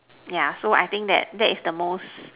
yeah so I think that that is the most